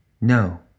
No